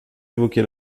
évoqué